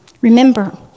Remember